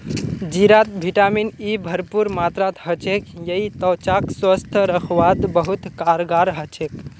जीरात vitamin E भरपूर मात्रात ह छेक यई त्वचाक स्वस्थ रखवात बहुत कारगर ह छेक